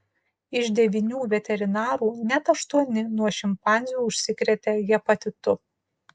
iš devynių veterinarų net aštuoni nuo šimpanzių užsikrėtė hepatitu